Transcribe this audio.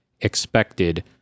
expected